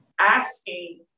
asking